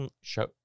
show